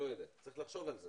צריך לחשוב על זה